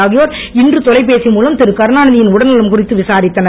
ஆகயோர் இன்று தொலைபேசி மூலம் திருகருணாநிதி யின் உடல்நலம் குறித்து விசாரித்தனர்